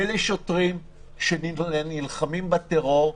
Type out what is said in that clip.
אלה שוטרים שנלחמים בטרור,